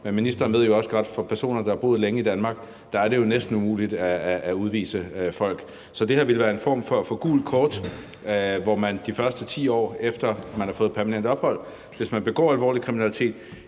men ministeren ved jo også godt, at når det gælder personer, der har boet længe i Danmark, er det næsten umuligt at udvise dem. Så det her ville være en form for gult kort, sådan at man, hvis man, de første 10 år efter man har fået permanent ophold, begår alvorlig kriminalitet,